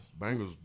Bengals